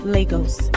Lagos